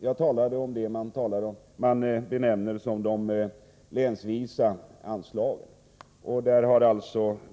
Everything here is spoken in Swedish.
Jag talar om det man benämner de länsvisa anslagen.